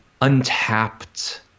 untapped